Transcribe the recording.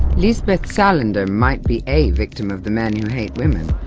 lisbeth salander might be a victim of the men who hate women,